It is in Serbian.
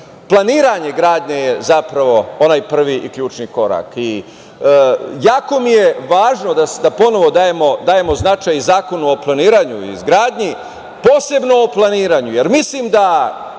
planiranje gradnje je zapravo onaj prvi i ključni korak i jako mi je važno da ponovo dajemo značaj i Zakonu o planiranju i izgradnji, posebno o planiranju jer mislim da